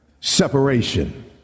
separation